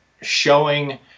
showing